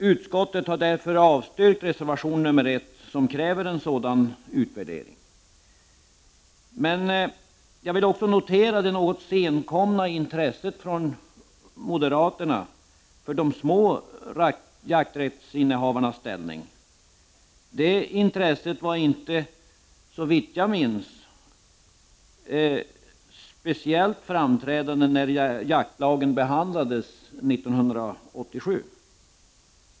Utskottet har därför avstyrkt reservation nr 1, som kräver en sådan utvärdering. Jag vill också notera det något senkomna intresset från moderaterna för de små jakträttsinnehavarnas ställning. Det intresset var, såvitt jag minns, inte speciellt framträdande när jaktlagen behandlades 1987.